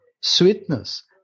sweetness